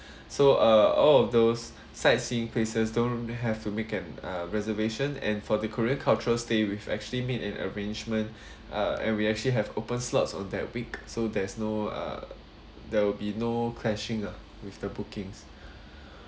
so uh all of those sightseeing places don't have to make an uh reservation and for the korean cultural stay we actually made an arrangement uh and we actually have open slots on that week so there's no uh there will be no clashing ah with the bookings